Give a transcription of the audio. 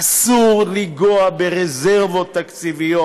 אסור לנגוע ברזרבות תקציביות.